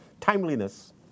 timeliness